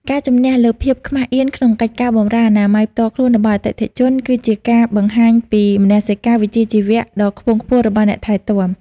ការជំនះលើភាពខ្មាសអៀនក្នុងកិច្ចការបម្រើអនាម័យផ្ទាល់ខ្លួនរបស់អតិថិជន គឺជាការបង្ហាញពីមនសិការវិជ្ជាជីវៈដ៏ខ្ពង់ខ្ពស់របស់អ្នកថែទាំ។